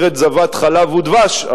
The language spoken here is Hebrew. ארץ זבת חלב ודבש,